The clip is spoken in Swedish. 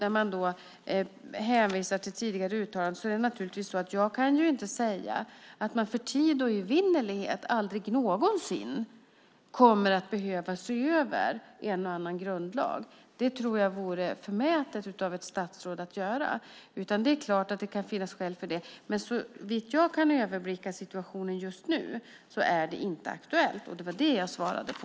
När man däremot hänvisar till tidigare uttalanden är det naturligtvis så att jag inte kan säga att man för tid och evinnerlighet aldrig någonsin kommer att behöva se över en och annan grundlag. Det tror jag vore förmätet av ett statsråd att göra. Det är klart att det kan finnas skäl till det. Men såvitt jag kan överblicka situationen just nu är det inte aktuellt, och det var det jag svarade på.